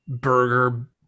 burger